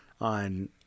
on